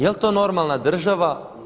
Jel' to normalna država?